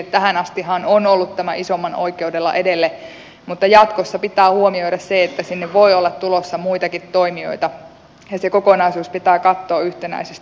tähän astihan on ollut tämä isomman oikeudella edelle mutta jatkossa pitää huomioida se että sinne voi olla tulossa muitakin toimijoita ja se kokonaisuus pitää katsoa yhtenäisesti